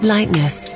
Lightness